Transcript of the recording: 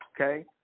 okay